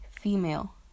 female